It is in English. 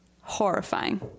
horrifying